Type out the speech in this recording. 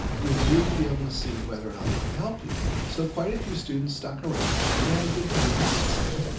you'll really be able to see whether or not it can help you. so quite a few students stuck around and we had a good time practicing.